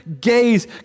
gaze